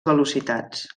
velocitats